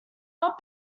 not